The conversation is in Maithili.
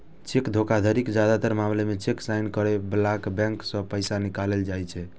चेक धोखाधड़ीक जादेतर मामला मे चेक साइन करै बलाक बैंक सं पैसा निकालल जाइ छै